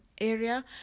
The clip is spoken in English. area